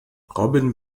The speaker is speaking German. robin